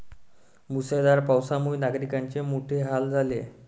मुसळधार पावसामुळे नागरिकांचे मोठे हाल झाले